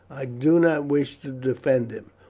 i do not wish to defend him.